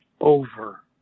over